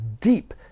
deep